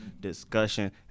discussion